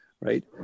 right